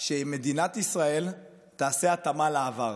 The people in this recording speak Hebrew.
מנסה שמדינת ישראל תעשה התאמה לעבר.